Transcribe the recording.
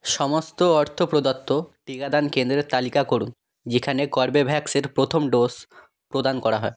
সমস্ত অর্থ প্রদত্ত টিকাদান কেন্দ্রের তালিকা করুন যেখানে কর্বেভ্যাক্সের প্রথম ডোসকি প্রদান করা হয়